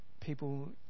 people